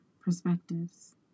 perspectives